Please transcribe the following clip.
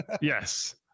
Yes